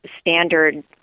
standard